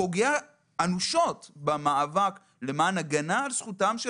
פוגע אנושות במאבק למען הגנה על זכותם של